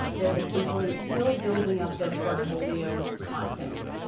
they're potentially still building up their portfolio content.